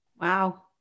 Wow